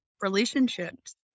relationships